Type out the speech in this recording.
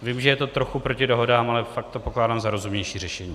Vím, že je to trochu proti dohodám, ale fakt to pokládám za rozumnější řešení.